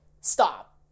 stop